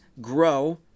grow